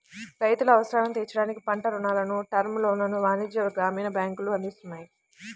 రైతుల అవసరాలను తీర్చడానికి పంట రుణాలను, టర్మ్ లోన్లను వాణిజ్య, గ్రామీణ బ్యాంకులు అందిస్తున్నాయి